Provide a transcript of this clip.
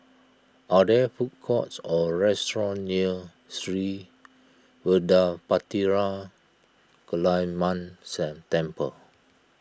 are there food courts or restaurants near Sri Vadapathira Kaliamman set Temple